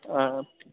ఆ